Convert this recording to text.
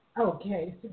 Okay